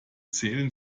zählen